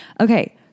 Okay